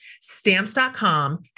stamps.com